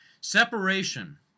Separation